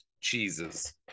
Cheeses